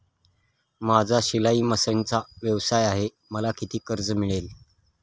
माझा शिलाई मशिनचा व्यवसाय आहे मला किती कर्ज मिळेल?